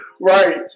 Right